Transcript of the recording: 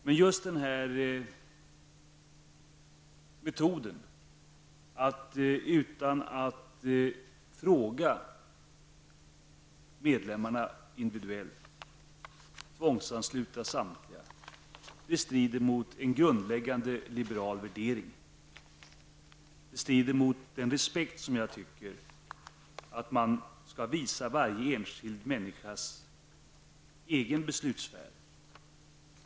Men just metoden att utan att fråga medlemmarna individuellt tvångsansluta samtliga strider mot en grundläggande liberal värdering. Det strider mot den respekt som jag tycker att man skall visa varje enskild människas egen beslutssfär.